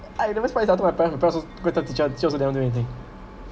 I never spoilt I told my parents my parents also go to tell teacher teacher also never do anything